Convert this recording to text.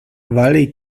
valley